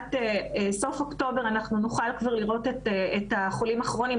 שלקראת סוף אוקטובר אנחנו נוכל כבר לראות את החולים הכרוניים,